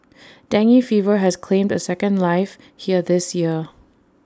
dengue fever has claimed A second life here this year